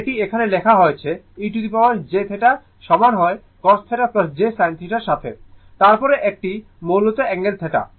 এবং এটি এখানে লেখা হয়েছে e jθ সমান হয় cos θ j sin θ এর সাথে তারপর একটি মূলত অ্যাঙ্গেল θ